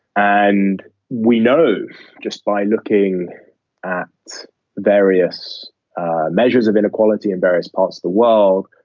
and we know just by looking at various measures of inequality in various parts of the world,